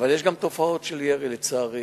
אבל יש גם תופעות של ירי, לצערי.